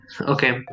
Okay